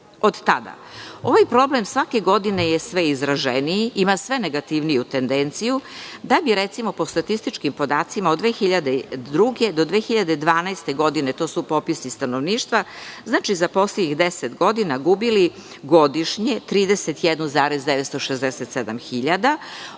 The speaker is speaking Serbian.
Od tada ovaj problem je svake godine sve izraženiji. Ima sve negativniju tendenciju da bi po statističkim podacima od 2002-2012. godine, to su popisi stanovništva, dakle, za poslednjih 10 godina gubili su godišnje 31,967 hiljada,